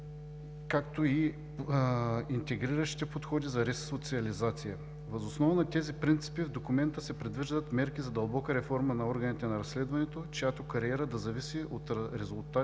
както и интегриращите подходи за ресоциализация. Въз основа на тези принципи в документа се предвиждат мерки за дълбока реформа на органите на разследването, чиято кариера да зависи от резултатите